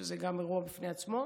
שגם זה אירוע בפני עצמו.